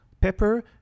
pepper